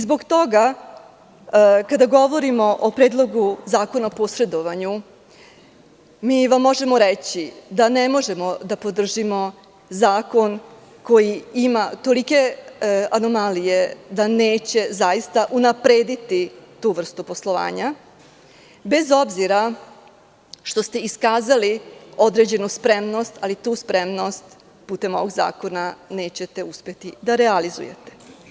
Zbog toga, kada govorimo o Predlogu zakona o posredovanju, mi vam možemo reći da ne možemo da podržimo zakon koji ima tolike anomalije da zaista neće unaprediti tu vrstu poslovanja, bez obzira što ste iskazali određenu spremnost, ali tu spremnost putem ovog zakona nećete uspeti da realizujete.